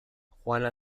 juana